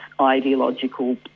ideological